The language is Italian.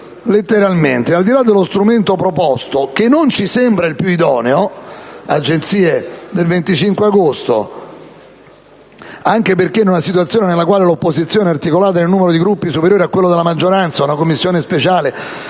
dicendo letteralmente: «Al di là dello strumento proposto, che non ci sembra il più idoneo» - cito da un'agenzia del 25 agosto - «anche perché in una situazione nella quale l'opposizione è articolata in un numero di Gruppi superiore a quello della maggioranza una Commissione speciale